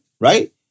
right